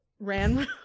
Ran